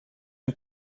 een